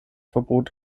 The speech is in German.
verbot